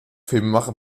filmemacher